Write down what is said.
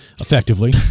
effectively